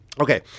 Okay